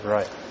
Right